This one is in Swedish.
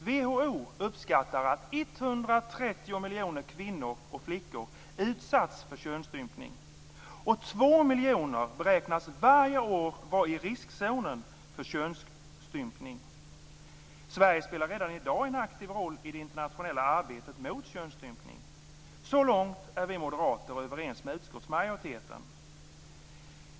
WHO uppskattar att 130 miljoner flickor och kvinnor utsatts för könsstympning. 2 miljoner beräknas varje år vara i riskzonen för könsstympning. Sverige spelar redan i dag en aktiv roll i det internationella arbetet mot könsstympning. Så långt är vi moderater överens med utskottsmajoriteten.